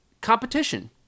competition